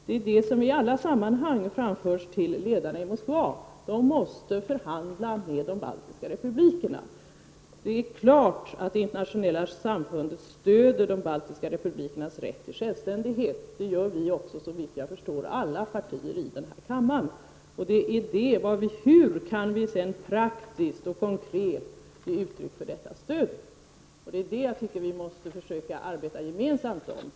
Det är det som i alla sammanhang framförs till ledarna i Moskva. De måste förhandla med de baltiska republikerna. Det är klart att det internationella samfundet stöder de baltiska republikernas rätt till självständighet. Det gör såvitt jag förstår också alla partier i den här kammaren. Frågan är hur vi praktiskt och konkret kan ge uttryck för detta stöd. Det är det jag tycker att vi måste försöka arbeta gemensamt med.